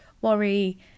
worry